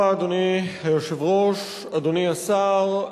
אדוני היושב-ראש, תודה רבה, אדוני השר,